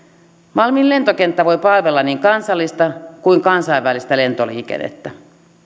malmin lentokenttä voi palvella niin kansallista kuin kansainvälistä lentoliikennettä